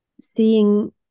seeing